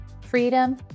freedom